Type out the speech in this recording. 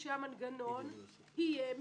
ושהוא יהיה מנגנון מקצועי.